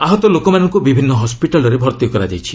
ଆହତ ଲୋକମାନଙ୍କୁ ବିଭିନ୍ନ ହସିଟାଲ୍ରେ ଭର୍ତ୍ତି କରାଯାଇଛି